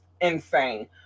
insane